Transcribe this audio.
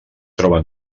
troba